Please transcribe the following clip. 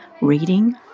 reading